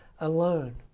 alone